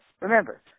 remember